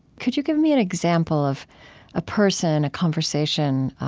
could you give me an example of a person, a conversation,